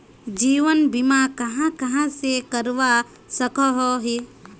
जीवन बीमा कहाँ कहाँ से करवा सकोहो ही?